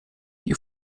die